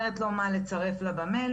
אומרת לו מה לצרף לה במייל.